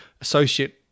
associate